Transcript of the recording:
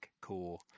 cool